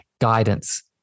Guidance